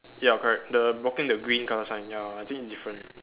ya correct the blocking the green color sign ya I think it's different